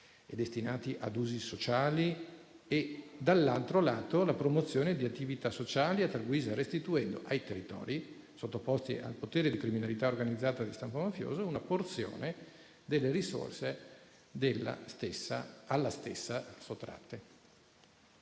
destinati a usi sociali e, dall'altro lato, la promozione di attività sociali, a tal guisa restituendo, ai territori sottoposti al potere della criminalità organizzata di stampo mafioso, una porzione delle risorse alla stessa sottratte.